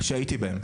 שהיתי בהם.